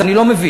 אז אני לא מבין,